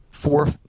Four